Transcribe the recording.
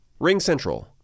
RingCentral